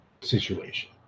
situation